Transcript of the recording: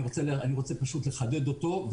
אני רוצה פשוט לחדד אותו,